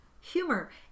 humor